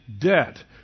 debt